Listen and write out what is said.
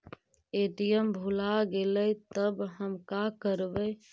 ATM भुला गेलय तब हम काकरवय?